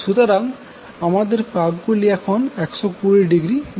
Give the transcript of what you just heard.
সুতরাং আমাদের পাক গুলি এখন 120০ দূরে রয়েছে